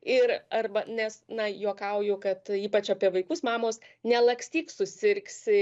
ir arba nes na juokauju kad ypač apie vaikus mamos nelakstyk susirgsi